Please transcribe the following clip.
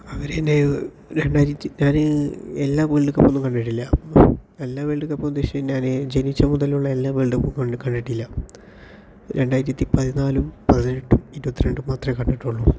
അവരെ എൻ്റെ രണ്ടായിരത്തി ഞാന് എല്ലാ വേൾഡ് കപ്പൊന്നും കണ്ടിട്ടില്ല എല്ലാ വേൾഡ് കപ്പെന്ന് ഉദ്ദേശിച്ചു കഴിഞ്ഞാല് ജനിച്ച മുതലുള്ള എല്ലാ വേൾഡ് കപ്പും കണ്ട് കണ്ടിട്ടില്ല രണ്ടായിരത്തി പതിനാലും പതിനെട്ടും ഇരുപത്രണ്ടും മാത്രമേ കണ്ടിട്ടൊള്ളൂ